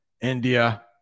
India